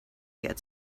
get